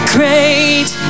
Great